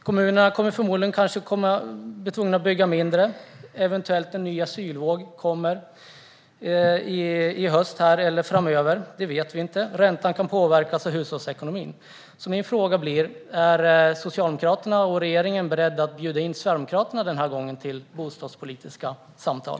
Kommunerna kanske blir tvungna att bygga mindre. Eventuellt kan det komma en ny våg av asylsökande i höst eller framöver, det vet vi inte. Räntan och hushållsekonomin kan påverkas. Så min fråga blir: Är Socialdemokraterna och regeringen beredda att bjuda in Sverigedemokraterna den här gången till bostadspolitiska samtal?